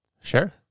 Sure